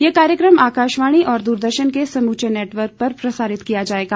यह कार्यक्रम आकाशवाणी और द्रदर्शन के समूचे नेटवर्क पर प्रसारित किया जाएगा